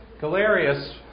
Galerius